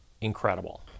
incredible